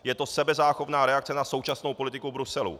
Je to sebezáchovná reakce na současnou politiku Bruselu.